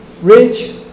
Rich